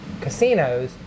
casinos